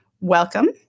Welcome